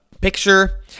picture